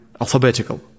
Alphabetical